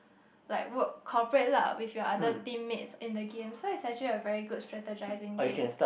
like work cooperate lah with your other teammates in the game so it's such a very good strategizing game